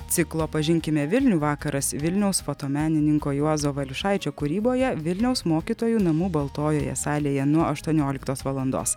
ciklo pažinkime vilnių vakaras vilniaus fotomenininko juozo valiušaičio kūryboje vilniaus mokytojų namų baltojoje salėje nuo aštuonioliktos valandos